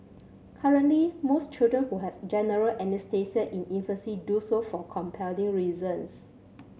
currently most children who have general anaesthesia in infancy do so for compelling reasons